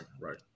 right